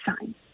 sign